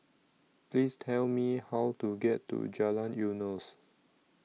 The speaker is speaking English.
Please Tell Me How to get to Jalan Eunos